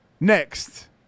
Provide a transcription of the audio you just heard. next